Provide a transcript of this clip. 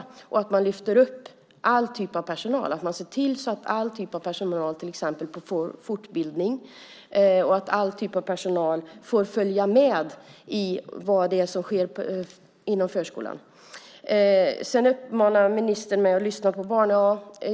Det är bra att man lyfter upp all typ av personal och ser till att all typ av personal får till exempel fortbildning och får följa med i vad som sker inom förskolan. Ministern uppmanar mig att lyssna på barn.